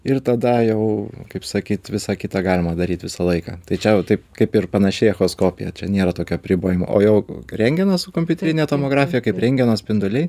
ir tada jau kaip sakyt visą kitą galima daryt visą laiką tai čia jau taip kaip ir panašiai echoskopija čia nėra tokio apribojimo o jau rentgenas su kompiuterine tomografija kaip rentgeno spinduliai